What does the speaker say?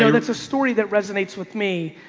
so that's a story that resonates with me.